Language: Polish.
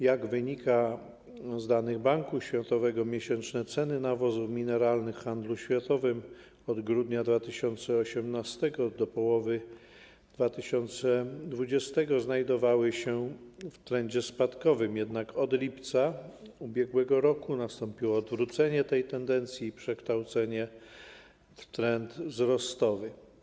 Jak wynika z danych Banku Światowego, miesięczne ceny nawozów mineralnych w handlu światowym od grudnia 2018 r. do połowy 2020 r. znajdowały się w trendzie spadkowym, jednak od lipca ub.r. nastąpiło odwrócenie tej tendencji i przekształcenie w trend wzrostowy.